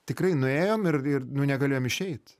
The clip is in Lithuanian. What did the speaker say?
tikrai nuėjom ir ir negalėjom išeit